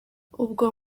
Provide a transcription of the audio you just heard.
ubwo